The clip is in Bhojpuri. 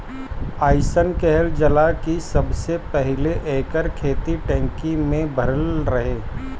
अइसन कहल जाला कि सबसे पहिले एकर खेती टर्की में भइल रहे